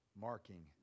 marking